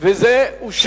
בדיון בנשיאות, וזה אושר.